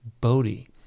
bodhi